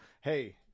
hey